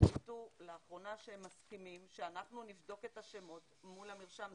החליטה לאחרונה שהם מסכימים שאנחנו נבדוק את השמות מול המרשם.